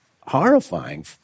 horrifying